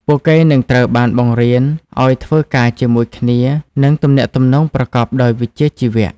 ពួកគេនឹងត្រូវបានបង្រៀនឱ្យធ្វើការជាមួយគ្នានិងទំនាក់ទំនងប្រកបដោយវិជ្ជាជីវៈ។